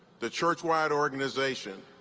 the churchwide organization,